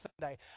Sunday